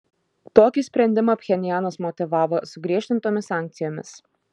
tokį sprendimą pchenjanas motyvavo sugriežtintomis sankcijomis